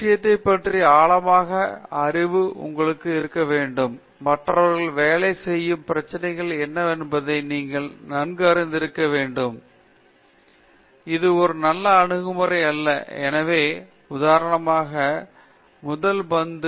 உங்களுக்கு ஸ்காலர்ஷிப் இருக்க வேண்டும் அதாவது நீங்கள் ஆழமான அறிவு வேண்டும் உங்கள் விஷயத்தைப் பற்றி ஆழமான அறிவு உங்களுக்கு இருக்க வேண்டும் மற்றவர்கள் வேலை செய்யும் பிரச்சனைகள் என்னவென்பதை நீங்கள் நன்கு அறிந்திருக்க வேண்டும் இந்த துறையில் உள்ள பிரச்சனை என்னவென்றால் மற்ற ஆய்வாளர்கள் வேலை செய்கிறார்கள் உங்கள் நண்பர்கள் என்ன வேலை செய்கிறார்கள் என்பதை நீங்கள் அறிந்திருக்க வேண்டும் அது கல்வி உதவித்தொகைதான்